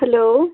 hello